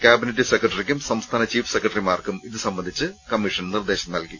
cabinet സെക്രട്ടറിക്കും സംസ്ഥാന chief സെക്രട്ടറിമാർക്കും ഇതുസം ബന്ധിച്ച് കമ്മീഷൻ നിർദ്ദേശം നൽകി